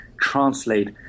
translate